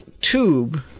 tube